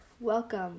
Welcome